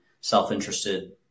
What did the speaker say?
self-interested